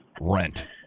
rent